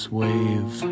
wave